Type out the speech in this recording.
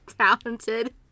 talented